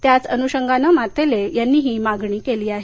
याच अनुषंगानं मातेले यांनी ही मागणी केली आहे